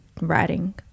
writing